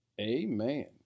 Amen